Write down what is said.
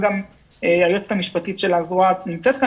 היועצת המשפטית של הזרוע נמצאת פה,